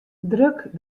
druk